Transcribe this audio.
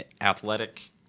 athletic